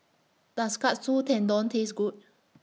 Does Katsu Tendon Taste Good